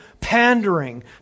pandering